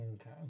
Okay